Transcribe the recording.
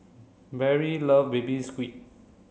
Perry love baby squid